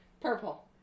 Purple